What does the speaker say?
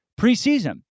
preseason